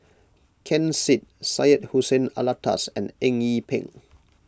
Ken Seet Syed Hussein Alatas and Eng Yee Peng